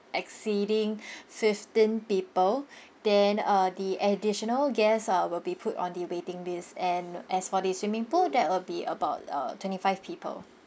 exceeding fifteen people then uh the additional guests uh will be put on the waiting list and as for the swimming pool that will be about uh twenty five people